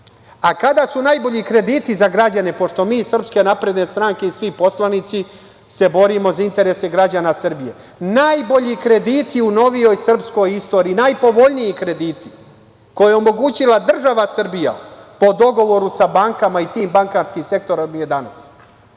više. Kada su najbolji kredit za građane, pošto mi iz SNS i svi poslanici se borimo za interese građana Srbije? Najbolji krediti u novijoj srpskoj istoriji, najpovoljniji krediti koje je omogućila država Srbija po dogovoru sa bankama i tim bankarskim sektorom je